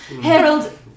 Harold